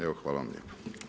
Evo, hvala vam lijepa.